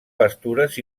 pastures